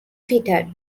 fitted